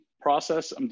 process